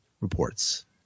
reports